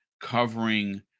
covering –